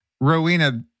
Rowena